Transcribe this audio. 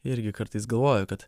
irgi kartais galvoju kad